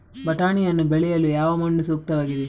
ಬಟಾಣಿಯನ್ನು ಬೆಳೆಯಲು ಯಾವ ಮಣ್ಣು ಸೂಕ್ತವಾಗಿದೆ?